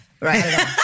Right